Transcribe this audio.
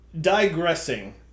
digressing